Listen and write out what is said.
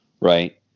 right